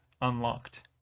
unlocked